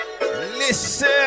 Listen